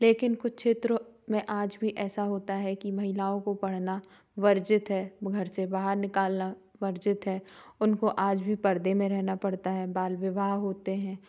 लेकिन कुछ क्षेत्रों में आज भी ऐसा होता है कि महिलाओं को पढ़ना वर्जित है घर से बाहर निकालना वर्जित है उनको आज भी पर्दे में रहना पड़ता है बाल विवाह होते हैं